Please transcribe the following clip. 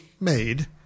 made